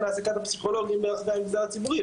העסקת הפסיכולוגים ברחבי המגזר הציבורי,